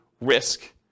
risk